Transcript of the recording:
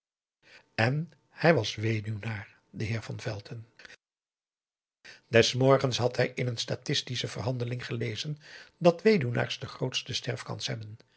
en hij was weduwnaar de heer van velton des morgens had hij in een statistische verhandeling gelezen dat weduwnaars de grootste sterftekans hebben